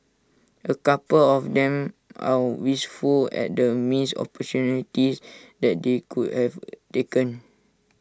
A couple of them are wistful at the missed opportunities that they could have taken